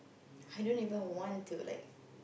I don't even want to like